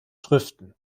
schriften